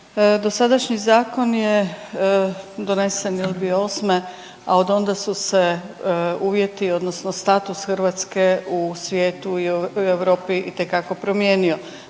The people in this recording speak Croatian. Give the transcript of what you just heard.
dosadašnji zakon je donesen 2008., a odonda su se uvjeti odnosno status Hrvatske u svijetu i u Europi itekako promijenio,